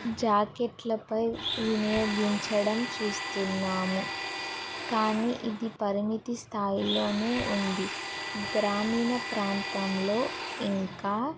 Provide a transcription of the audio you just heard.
జాకెట్లపై వినియోగించడం చూస్తున్నాము కానీ ఇది పరిమితి స్థాయిలోనే ఉంది గ్రామీణ ప్రాంతంలో ఇంకా